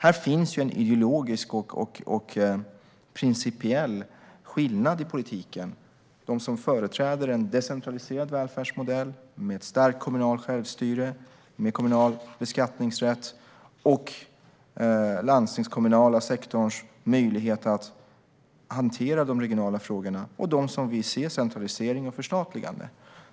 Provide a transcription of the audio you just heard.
Här finns en ideologisk och principiell skillnad i politiken: de som företräder en decentraliserad välfärdsmodell med ett starkt kommunalt självstyre, kommunal beskattningsrätt och den landstingskommunala sektorns möjlighet att hantera de regionala frågorna och de som vill se decentralisering och förstatligande.